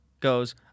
goes